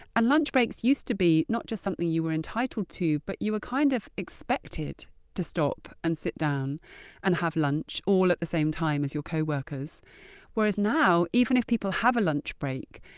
ah lunch breaks used to be not just something you were entitled to but you were kind of expected to stop and sit down and have lunch all at the same time as your coworkers whereas now, even if people have a lunch break,